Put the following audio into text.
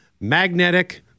magnetic